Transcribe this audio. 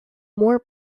more